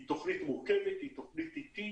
היא תוכנית מורכבת ואטית